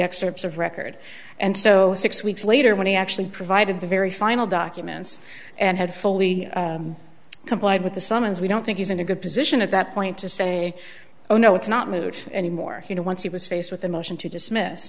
excerpts of record and so six weeks later when he actually provided the very final documents and had fully complied with the summons we don't think he's in a good position at that point to say oh no it's not moot anymore you know once he was faced with a motion to dismiss